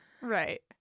Right